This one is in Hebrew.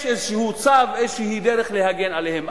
יש איזשהו צו, איזושהי דרך להגן עליהם.